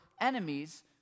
enemies